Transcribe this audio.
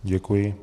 Děkuji.